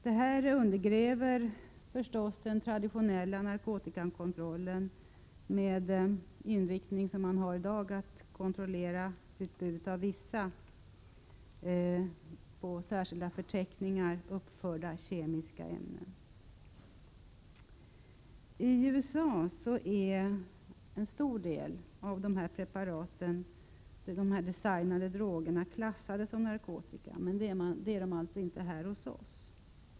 Detta undergräver förstås den traditionella narkotikakontrollen, med dess nuvarande inriktning på att kontrollera utbudet av vissa, på särskilda förteckningar uppförda kemiska ämnen. I USA är en stor del av de här preparaten, de här designade drogerna, klassade som narkotika, men så är det inte här hos oss.